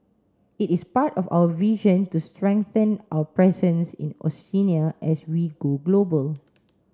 it is part of our vision to strengthen our presence in Oceania as we go global